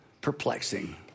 perplexing